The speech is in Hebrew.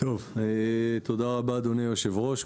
תודה רבה, אדוני היושב-ראש.